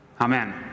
Amen